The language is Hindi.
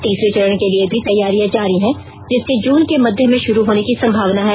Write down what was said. तीसरे चरण के लिए भी तैयारियां जारी हैं जिसके जून के मध्य में शुरू होने की संभावना है